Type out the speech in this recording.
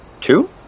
Two